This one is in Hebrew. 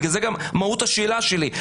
בגלל זה גם מהות השאלה שלי,